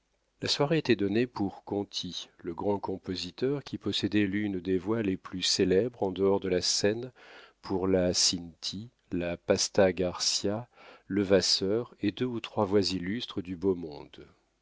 la soirée était donnée pour conti le grand compositeur qui possédait l'une des voix les plus célèbres en dehors de la scène pour la cinti la pasta garcia levasseur et deux ou trois voix illustres du beau monde